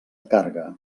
càrrega